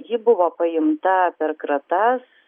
ji buvo paimta per kratas